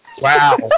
Wow